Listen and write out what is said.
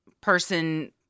person